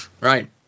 Right